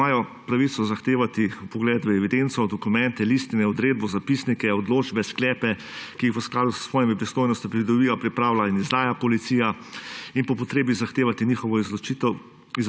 imajo pravico zahtevati vpogled v evidenco, dokumente, listine, odredbo, zapisnike, odločbe, sklepe, ki jih v skladu s svojimi pristojnostmi pridobiva, pripravlja in izdaja policija, in po potrebi zahtevati izročitev